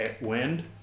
wind